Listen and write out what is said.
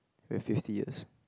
when fifty years